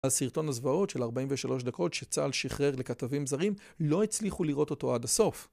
הסרטון הזוועות של 43 דקות שצה"ל שחרר לכתבים זרים לא הצליחו לראות אותו עד הסוף.